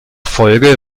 folge